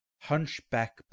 hunchback